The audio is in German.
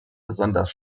besonders